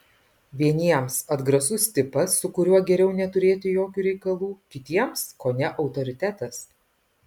vieniems atgrasus tipas su kuriuo geriau neturėti jokių reikalų kitiems kone autoritetas